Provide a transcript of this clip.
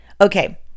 Okay